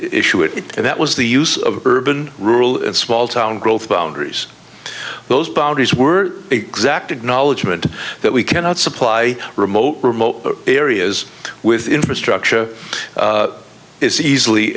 issue it and that was the use of urban rural and small town growth boundaries those boundaries were exact acknowledgement that we cannot supply remote remote areas with infrastructure is easily